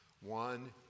one